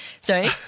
sorry